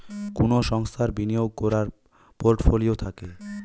কুনো সংস্থার বিনিয়োগ কোরার পোর্টফোলিও থাকে